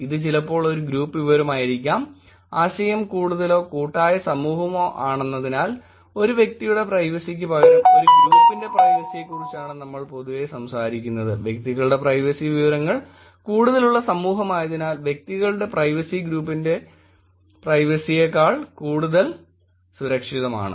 ഇത് ചിലപ്പോൾ ഒരു ഗ്രൂപ്പ് വിവരമായിരിക്കാം ആശയം കൂടുതലോ കൂട്ടായ സമൂഹമോ ആണെന്നതിനാൽ ഒരു വ്യക്തിയുടെ പ്രൈവസിയ്ക്ക് പകരം ഒരു ഗ്രൂപ്പിന്റെ പ്രൈവസിയെക്കുറിച്ചാണ് നമ്മൾ പൊതുവെ സംസാരിക്കുന്നത് വ്യക്തികളുടെ പ്രൈവസി വിവരങ്ങൾ കൂടുതലുള്ള സമൂഹമായതിനാൽ വ്യക്തികളുടെ പ്രൈവസി ഗ്രൂപ്പിന്റെ പ്രൈവസിയെക്കാൾ കൂടുതൽ സുരക്ഷിതമാണ്